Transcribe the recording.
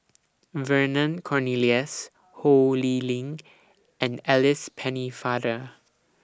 Vernon Cornelius Ho Lee Ling and Alice Pennefather